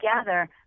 together